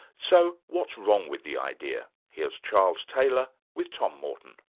so what's wrong with the idea? here's charles taylor with tom morton.